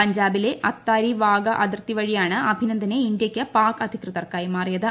പഞ്ചാബിലെ അത്താരി വാഗ അതിർത്തി പ്രഹിയാണ് അഭിനന്ദനെ ഇന്ത്യയ്ക്ക് പാക് അധികൃതർ കൈമാറിയത്